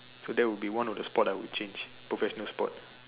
so that will be one of the sport I will change professional sport